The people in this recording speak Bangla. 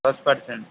দশ পার্সেন্ট